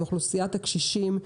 לאוכלוסיית הקשישים,